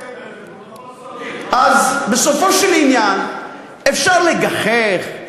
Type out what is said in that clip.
בסופו של עניין אפשר לגחך,